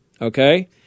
okay